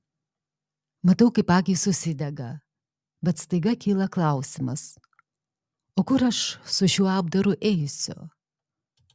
matau kaip akys užsidega bet staiga kyla klausimas o kur aš su šiuo apdaru eisiu